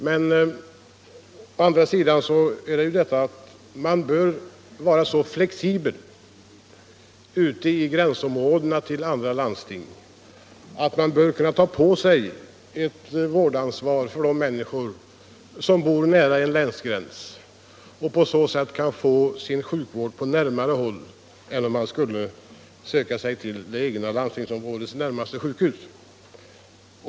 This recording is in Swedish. Men samtidigt bör man vara så flexibel när det gäller gränsområdena till andra landsting att man kan ta på sig ett vårdansvar för de människor som bor intill en länsgräns och som på så sätt kan få sin sjukvård på närmare håll än om de skulle söka sig till det egna landstingsområdets närmaste sjukhus.